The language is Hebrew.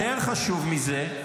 ויותר חשוב מזה,